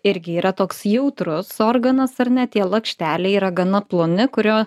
irgi yra toks jautrus organas ar ne tie lakšteliai yra gana ploni kuriuo